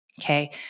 Okay